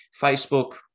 facebook